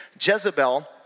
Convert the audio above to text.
Jezebel